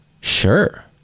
sure